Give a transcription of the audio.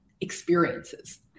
experiences